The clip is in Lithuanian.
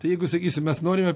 tai jeigu sakysim mes norime